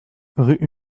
rue